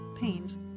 pains